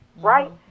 right